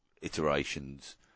iterations